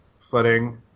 footing